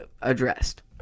addressed